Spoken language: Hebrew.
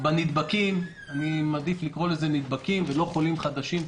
בנדבקים אני מעדיף לקרוא לזה נדבקים ולא חולים חדשים,